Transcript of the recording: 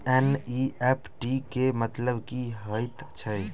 NEFT केँ मतलब की हएत छै?